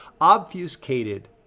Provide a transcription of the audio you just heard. obfuscated